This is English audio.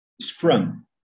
Scrum